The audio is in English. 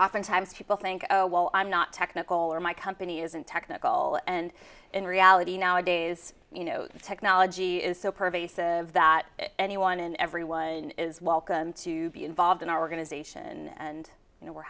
oftentimes people think oh well i'm not technical or my company isn't technical and in reality nowadays you know the technology is so pervasive that anyone and everyone is welcome to be involved in our organization and you know we're